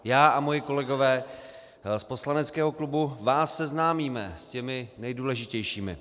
Já a moji kolegové z poslaneckého klubu vás seznámíme s nejdůležitějšími.